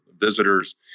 Visitors